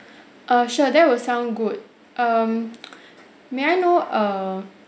err sure that will sound good um may I know err